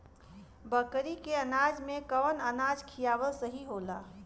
बकरी के अनाज में कवन अनाज खियावल सही होला?